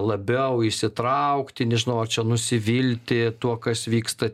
labiau įsitraukti nežianau ar čia nusivilti tuo kas vyksta